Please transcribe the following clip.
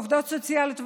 עבודות סוציאליות,